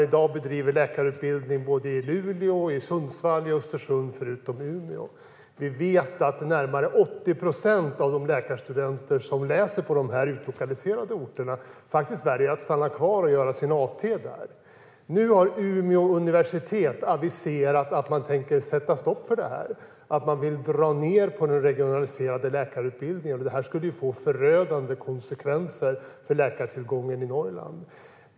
I dag bedriver man läkarutbildning i såväl Luleå som Sundsvall och Östersund, förutom i Umeå. Vi vet att närmare 80 procent av de läkarstudenter som läser på dessa utlokaliserade program väljer att stanna kvar och göra sin AT där. Nu har Umeå universitet aviserat att man tänker sätta stopp för detta. Man vill dra ned på den regionaliserade läkarutbildningen. Detta skulle få förödande konsekvenser för läkartillgången i Norrland.